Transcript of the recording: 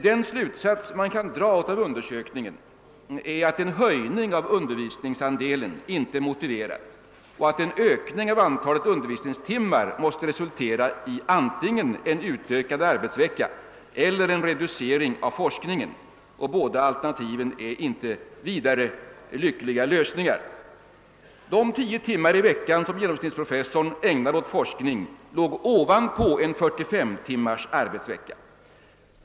Den slutsats man kan dra av undersökningen är att en höjning av under visningsandelen inte är motiverad och att en ökning av antalet undervisningstimmar måste resultera i antingen en utökad arbetsvecka eller en reducering av forskningen. Inget av alternativen utgör någon vidare lycklig lösning. De tio timmar i veckan som genomsnittsprofessorn ägnar åt forskning låg ovanpå en 45 timmars arbetsvecka.